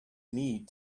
need